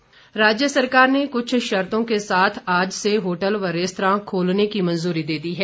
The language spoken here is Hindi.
होटल खुले राज्य सरकार ने कुछ शर्तों के साथ आज से होटल व रेस्तरां खोलने की मंजूरी दे दी है